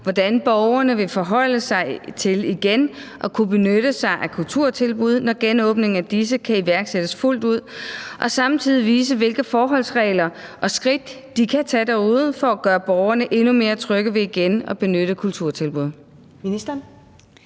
hvordan borgerne vil forholde sig til igen at benytte sig af kulturtilbud, når genåbningen af disse kan iværksættes fuldt ud, og samtidig vise, hvilke forholdsregler og skridt de kan tage for at gøre borgerne endnu mere trygge ved igen at benytte kulturtilbud? Første